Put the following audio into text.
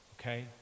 okay